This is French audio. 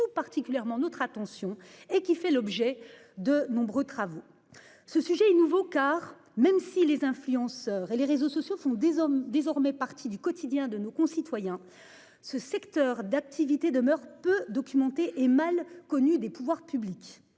particulièrement notre attention et qui fait l'objet. De nombreux travaux. Ce sujet est nouveau car même si les influenceurs et les réseaux sociaux font des hommes désormais partie du quotidien de nos concitoyens. Ce secteur d'activité demeure peu documentée et mal connue des pouvoirs publics.